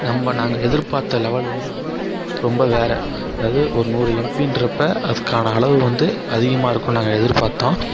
நம்ப நாங்கள் எதிர்ப்பார்த்த லெவல் வந்து ரொம்ப வேறு அதாவது ஒரு நூறு எம்பின்றப்போ அதுக்கான அளவு வந்து அதிகமாக இருக்குன்னு நாங்கள் எதிர் பார்த்தோம்